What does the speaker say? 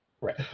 Right